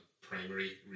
primary